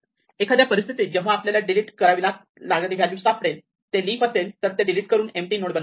एखाद्या परिस्थितीत जेव्हा आपल्याला डिलीट करावी लागणारी व्हॅल्यू सापडेल ते लिफ असेल तर ते डिलीट करून एम्पटी नोड बनवितो